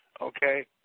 okay